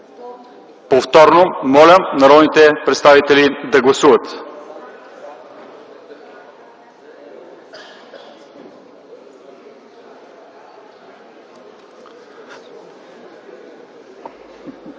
изчетена. Моля народните представители да гласуват.